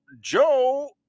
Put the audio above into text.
Joe